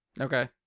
Okay